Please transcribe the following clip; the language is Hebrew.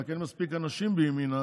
רק שאין מספיק אנשים בימינה,